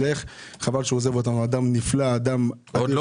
סדר גודל כזה.